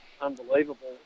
unbelievable